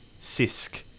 Sisk